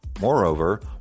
Moreover